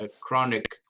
chronic